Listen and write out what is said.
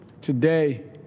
today